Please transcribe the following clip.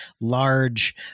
large